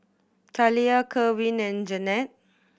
Talia Kerwin and Jeanette